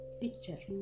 picture